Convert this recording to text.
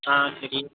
ஆ சரி